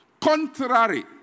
contrary